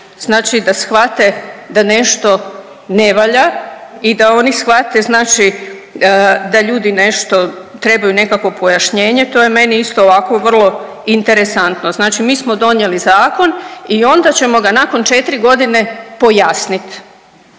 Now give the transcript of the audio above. znači da shvate da nešto ne valja i da oni shvate znači da ljudi nešto, trebaju nekakvo pojašnjenje, to je meni isto ovako vrlo interesantno. Znači mi smo donijeli zakon i onda ćemo ga nakon 4.g. pojasnit,